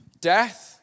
Death